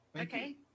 Okay